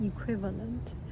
equivalent